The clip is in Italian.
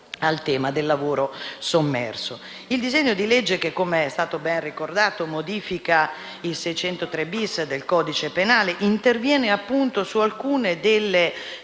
a quello del lavoro sommerso. Il disegno di legge che, come è stato ben ricordato, modifica l'articolo 603-*bis* del codice penale, interviene su alcune delle